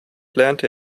lernte